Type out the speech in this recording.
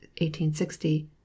1860